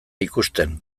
ikusten